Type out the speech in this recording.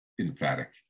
emphatic